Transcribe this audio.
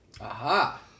Aha